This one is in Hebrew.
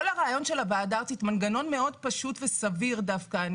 כל הרעיון של הוועדה הארצית מנגנון מאוד פשוט וסביר דווקא,